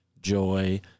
joy